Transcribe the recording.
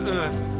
earth